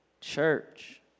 church